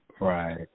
Right